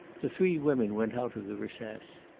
the three women went out of the recess.